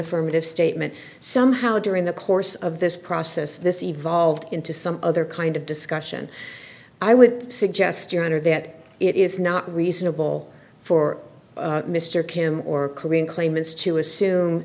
affirmative statement somehow during the course of this process this evolved into some other kind of discussion i would suggest your honor that it is not reasonable for mr kim or korean claimants to assume